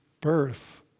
birth